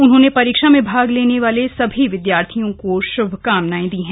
उन्होंने परीक्षा में भाग लेने वाले सभी विदयार्थियों को श्भकामनाएं दीं